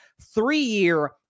three-year